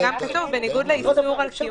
וגם כתוב "בניגוד לאיסור על קיומם".